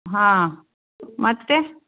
ಹಾಂ ಮತ್ತೆ